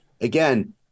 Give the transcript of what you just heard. again